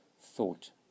thought